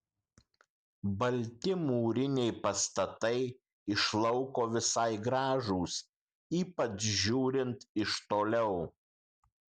balti mūriniai pastatai iš lauko visai gražūs ypač žiūrint iš toliau